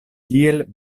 tiel